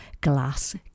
glass